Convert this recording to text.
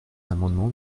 l’amendement